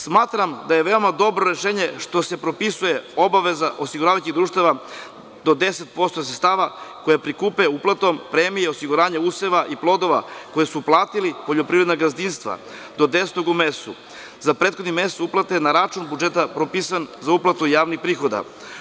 Smatram da je veoma dobro rešenje što se propisuje obaveza osiguravajućih društava do 10% sredstava koja prikupe uplatom, premije i osiguranja useva i plodova, koje su platila poljoprivredna gazdinstva do desetog u mesecu, za prethodni mesec uplate na račun budžeta propisan za uplatu javnih prihoda.